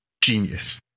Genius